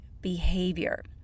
behavior